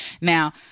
now